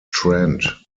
trent